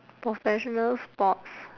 professional sports